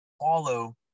follow